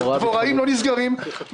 הדבוראים לא נסגרים,